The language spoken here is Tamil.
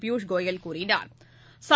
பியூஷ் கோயல் கூறினாா்